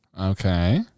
Okay